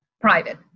private